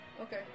Okay